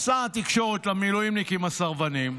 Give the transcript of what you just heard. שר התקשורת למילואימניקים הסרבנים: